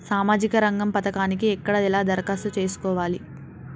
సామాజిక రంగం పథకానికి ఎక్కడ ఎలా దరఖాస్తు చేసుకోవాలి?